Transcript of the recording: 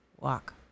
Walk